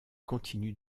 continue